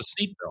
seatbelt